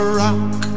rock